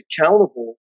accountable